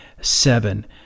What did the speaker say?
seven